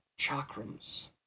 Chakrams